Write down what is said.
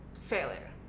Failure